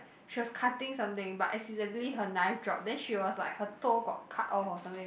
she was cutting something but accidentally her knife drop then she was like her toe got cut off or something